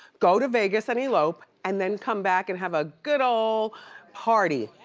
go to vegas and elope, and then come back and have a good ol' party.